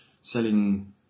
selling